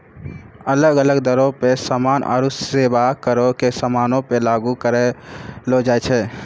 अलग अलग दरो पे समान आरु सेबा करो के समानो पे लागू करलो जाय छै